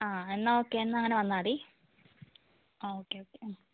എന്നാൽ ഓക്കെ എന്നാൽ അങ്ങനെ വന്നാൽ മതി ഓക്കെ ഓക്കെ